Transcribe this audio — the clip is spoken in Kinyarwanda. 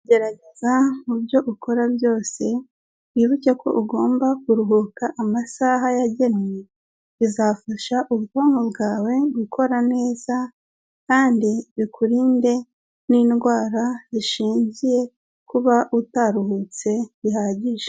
Gerageza mu byo ukora byose wibuke ko ugomba kuruhuka amasaha yagenwe, bizafasha ubwonko bwawe gukora neza, kandi bikurinde n'indwara zishingiye kuba utaruhutse bihagije.